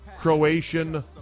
Croatian